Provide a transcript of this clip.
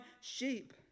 sheep